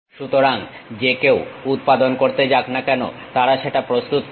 সুতরাং যে কেউ উৎপাদন করতে যাক না কেন তারা সেটা প্রস্তুত করবে